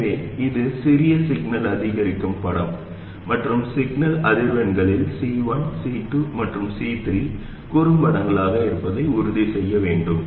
எனவே இது சிறிய சிக்னல் அதிகரிக்கும் படம் மற்றும் சிக்னல் அதிர்வெண்களில் C1 C2 மற்றும் C3 குறும்படங்களாக இருப்பதை உறுதி செய்ய வேண்டும்